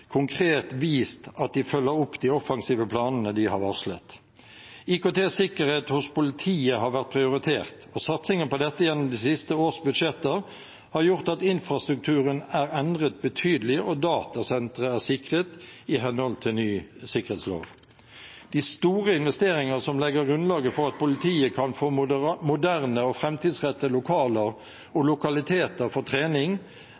konkret vist at de følger opp de offensive planene de har varslet. IKT-sikkerhet hos politiet har vært prioritert, og satsingen på dette gjennom de siste års budsjetter har gjort at infrastrukturen er endret betydelig og datasentre er sikret i henhold til ny sikkerhetslov. De store investeringer som legger grunnlaget for at politiet kan få moderne og framtidsrettede lokaler og lokaliteter for trening